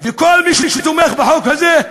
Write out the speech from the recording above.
וכל מי שתומך בחוק הזה,